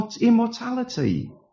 immortality